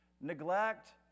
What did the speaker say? Neglect